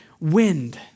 wind